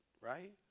right